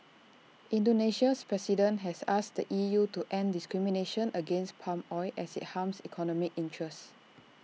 Indonesia's president has asked the E U to end discrimination against palm oil as IT harms economic interests